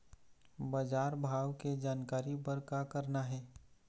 बजार भाव के जानकारी बर का करना हे?